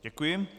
Děkuji.